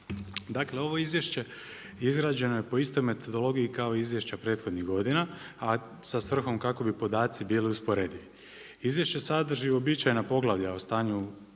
Dakle, ovo izvješće je izrađeno po istoj metodologije kao izvješća prethodnih godina, a sa svrhom kako bi podaci bili usporedivi. Izvješće sadrži uobičajena poglavalja o stanju